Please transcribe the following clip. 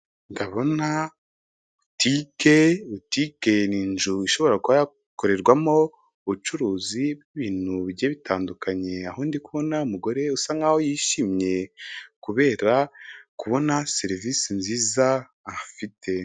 Ndabona butike, butike ni inzu ishobora kuyakorerwamo ubucuruzi by'ibintu bigiye bitandukanye, aho ndi kubona mugore usa nkaho yishimye kubera kubona serivisi nziza afite.